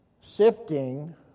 Sifting